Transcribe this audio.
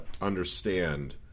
understand